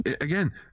again